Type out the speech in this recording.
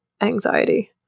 anxiety